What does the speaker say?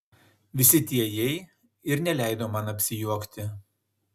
visi tie jei ir neleido man apsijuokti